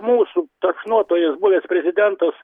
mūsų tapšnotojas buvęs prezidentas